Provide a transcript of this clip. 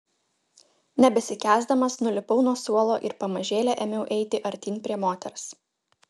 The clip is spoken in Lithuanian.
nebesikęsdamas nulipau nuo suolo ir pamažėle ėmiau eiti artyn prie moters